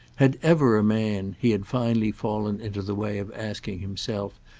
had ever a man, he had finally fallen into the way of asking himself,